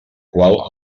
qual